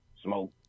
smoke